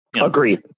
Agreed